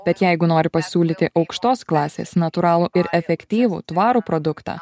bet jeigu nori pasiūlyti aukštos klasės natūralų ir efektyvų tvarų produktą